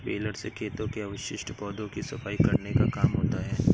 baler से खेतों के अवशिष्ट पौधों की सफाई करने का काम होता है